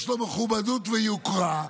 יש לו מכובדות ויוקרה,